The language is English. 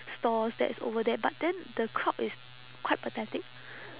stores that's over there but then the crowd is quite pathetic